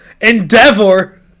Endeavor